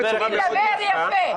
תדבר יפה.